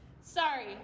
sorry